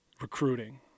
recruiting